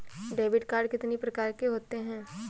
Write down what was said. Debit card कितनी प्रकार के होते हैं?